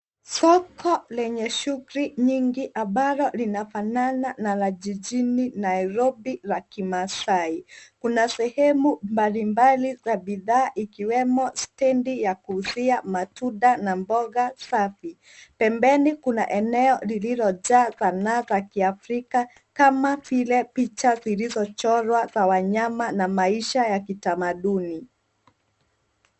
Soko lenye shughuli nyingi ambalo linafanana na la jijini Nairobi la kimasai. Kuna sehemu mbalimbali za bidhaa ikiwemo stendi ya kuuzia matunda na mboga safi. Pembeni kuna eneo lililojaa sanaa za kiafrika kama vile picha zilizochorwa za wanyama na maisha ya kitamaduni.